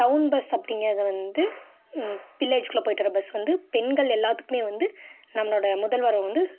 down bus அப்படிங்கறது வந்து வில்லேஜ்குள்ளே போய்ட்டு வர பஸ் வந்து பெண்கள் எல்லாத்துக்குமே வந்து நம்மளோட முதல்வர் வந்து